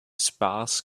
sparse